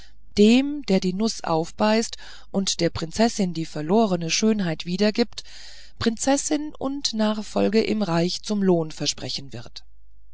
dem der die nuß aufbeißt und der prinzessin die verlorene schönheit wiedergibt prinzessin und nachfolge im reich zum lohn versprechen wird